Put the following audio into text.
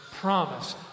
promise